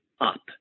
up